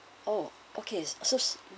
oh okay so